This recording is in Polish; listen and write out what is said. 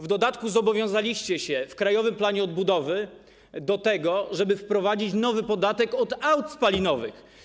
W dodatku zobowiązaliście się w Krajowym Planie Odbudowy do tego, żeby wprowadzić nowy podatek, podatek od aut spalinowych.